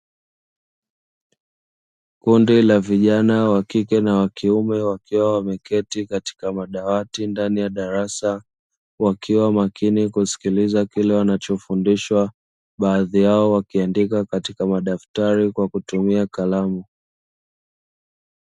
Kundi la vijana wakike na wakiume wakiwa wameketi katika madawati ndani ya darasa, wakiwa makini kusikiliza kile wanachofundishwa. Baadhi yao wakiandika katika madaftari kwa kutumia kalamu.